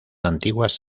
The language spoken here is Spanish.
antiguas